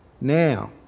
Now